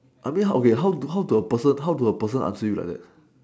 I mean how okay how how do a person how do a person answer you like that